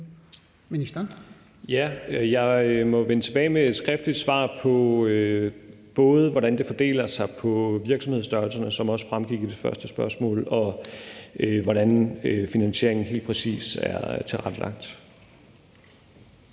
Jeg må vende tilbage med et skriftligt svar på, både hvordan det fordeler sig på virksomhedsstørrelserne, hvilket også fremgik i forhold til det første spørgsmål, og hvordan finansieringen helt præcist er tilrettelagt.